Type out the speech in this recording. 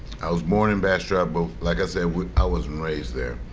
i was born in bastrop, but like i said i wasn't raised there.